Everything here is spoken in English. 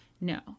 no